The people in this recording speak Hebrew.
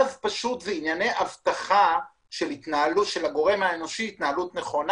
אלה ענייני אבטחה של הגורם האנושי, התנהלות נכונה.